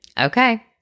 Okay